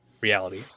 reality